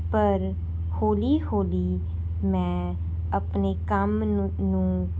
ਪਰ ਹੌਲੀ ਹੌਲੀ ਮੈਂ ਆਪਣੇ ਕੰਮ ਨੂੰ ਨੂੰ